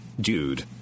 dude